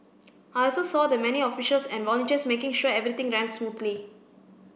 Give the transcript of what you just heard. I also saw the many officials and volunteers making sure everything ran smoothly